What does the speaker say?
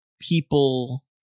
people